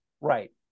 Right